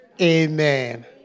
Amen